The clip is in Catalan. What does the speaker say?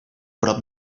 prop